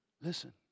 Listen